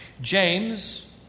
James